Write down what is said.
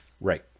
right